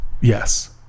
yes